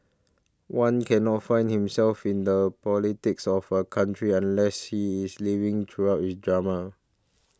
one cannot find himself in the politics of a country unless he is living throughout his dramas